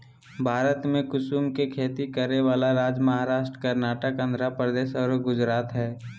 भारत में कुसुम के खेती करै वाला राज्य महाराष्ट्र, कर्नाटक, आँध्रप्रदेश आरो गुजरात हई